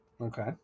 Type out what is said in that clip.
Okay